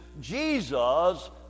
Jesus